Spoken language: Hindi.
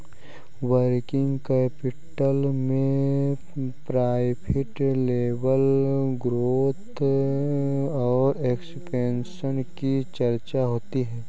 वर्किंग कैपिटल में प्रॉफिट लेवल ग्रोथ और एक्सपेंशन की चर्चा होती है